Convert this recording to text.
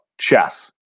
chess